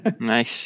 Nice